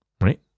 Right